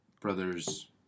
brothers –